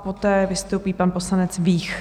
Poté vystoupí pan poslanec Vích.